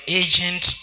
agent